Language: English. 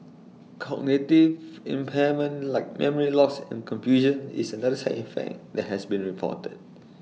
cognitive impairment like memory loss and confusion is another side effect that has been reported